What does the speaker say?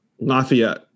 Lafayette